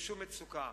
לשום מצוקה.